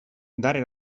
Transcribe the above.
dare